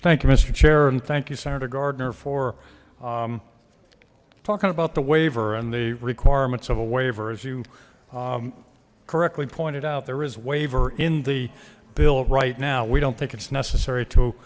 thank you mister chair and thank you senator gardner for talking about the waiver and the requirements of a waiver as you correctly pointed out there is waiver in the bill right now we don't think it's necessary to